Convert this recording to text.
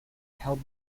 help